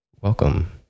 Welcome